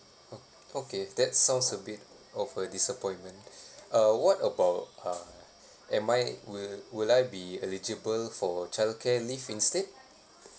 oh okay that sounds a bit of a disappointment uh what about uh am I would would I be eligible for childcare leave instead